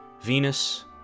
Venus